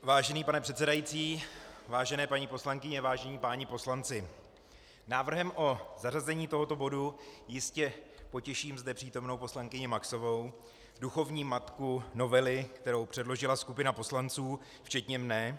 Vážený pane předsedající, vážené paní poslankyně, vážení páni poslanci, návrhem o zařazení tohoto bodu jistě potěším zde přítomnou paní poslankyni Maxovou, duchovní matku novely, kterou předložila skupina poslanců včetně mne.